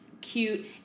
cute